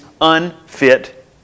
unfit